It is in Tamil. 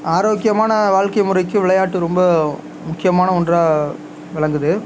ஆரோக்கியமான வாழ்க்கை முறைக்கு விளையாட்டு ரொம்ப முக்கியமான ஒன்றாக விளங்குது